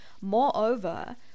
Moreover